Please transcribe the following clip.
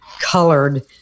colored